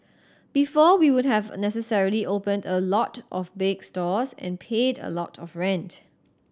before we would have necessarily opened a lot of big stores and paid a lot of rent